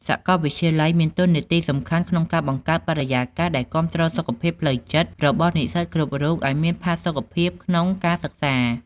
សាកលវិទ្យាល័យមានតួនាទីសំខាន់ក្នុងការបង្កើតបរិយាកាសដែលគាំទ្រសុខភាពផ្លូវចិត្តរបស់និស្សិតគ្រប់រូបឱ្យមានផាសុកភាពក្នុងការសិក្សា។